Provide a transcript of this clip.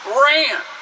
ran